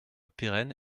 pérenne